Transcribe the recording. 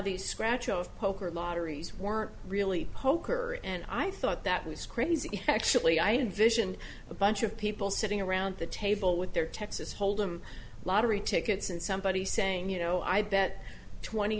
the scratch of poker lotteries weren't really poker and i thought that was crazy actually i envisioned a bunch of people sitting around the table with their texas hold'em lottery tickets and somebody saying you know i bet twenty